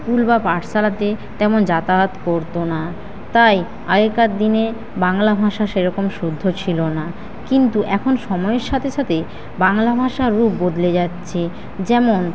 school বা পাঠশালাতে তেমন যাতায়াত করতো না তাই আগেকার দিনে বাংলা ভাষা সেরকম শুদ্ধ ছিল না কিন্তু এখন সময়ের সাথে সাথে বাংলা ভাষার রূপ বদলে যাচ্ছে যেমন